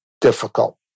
difficult